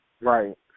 Right